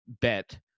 bet